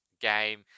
game